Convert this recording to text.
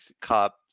Cup